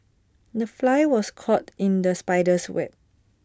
the fly was caught in the spider's web